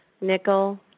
nickel